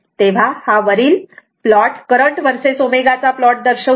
तेव्हा हा वरील plot current versus ω current verses ω चा प्लॉट दर्शवतो